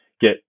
get